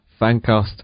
Fancast